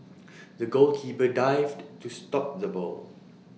the goalkeeper dived to stop the ball